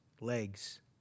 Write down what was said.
Legs